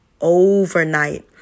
overnight